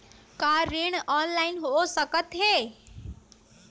का ऋण ऑनलाइन हो सकत हे?